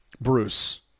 Bruce